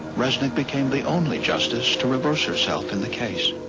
resnick became the only justice to reverse herself in the case.